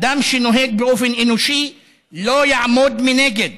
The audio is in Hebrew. אדם שנוהג באופן אנושי לא יעמוד מנגד